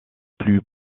plus